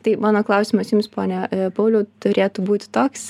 tai mano klausimas jums pone pauliau turėtų būti toks